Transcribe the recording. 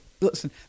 Listen